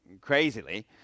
crazily